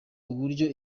uburyo